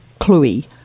cluey